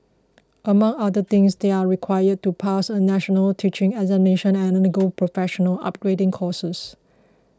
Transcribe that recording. among other things they are required to pass a national teaching examination and undergo professional upgrading courses